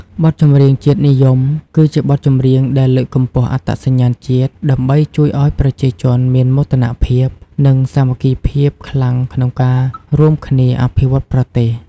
បទចម្រៀងជាតិនិយម គឺជាបទចម្រៀងដែលលើកកម្ពស់អត្តសញ្ញាណជាតិ ដើម្បីជួយឱ្យប្រជាជនមានមោទនភាព និងសាមគ្គីភាពខ្លាំងក្នុងការរួមគ្នាអភិវឌ្ឍប្រទេស។